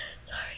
Sorry